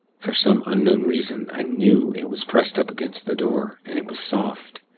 for some unknown reason i knew it was pressed up against the door, and it was soft.